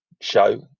show